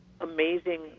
amazing